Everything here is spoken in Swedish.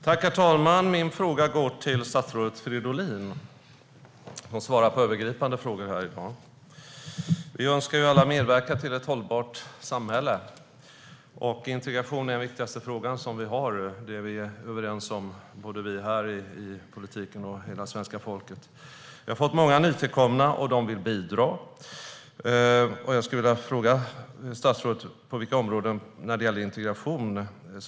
Herr talman! Min fråga går till statsrådet Fridolin som även svarar på övergripande frågor. Vi önskar alla medverka till ett hållbart samhälle. Att integration är den viktigaste frågan vi har är både vi inom politiken och hela svenska folket överens om. Vi har fått många nytillkomna, och de vill bidra. Vad vidtar regeringen för konkreta åtgärder när det gäller integration?